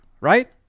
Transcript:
right